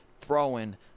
throwing